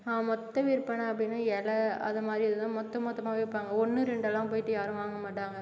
மொத்த விற்பனை அப்படினா இல அது மாதிரி எதுனால் மொத்த மொத்தமாகவே விற்பாங்க ஒன்று ரெண்டெலாம் போயிட்டு யாரும் வாங்க மாட்டாங்க